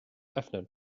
öffnen